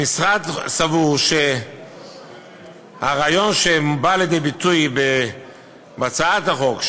המשרד סבור שהרעיון שבא לידי ביטוי בהצעת החוק,